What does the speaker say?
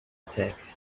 attacks